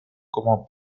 como